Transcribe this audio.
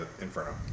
Inferno